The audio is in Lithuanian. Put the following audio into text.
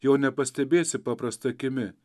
jo nepastebėsi paprasta akimi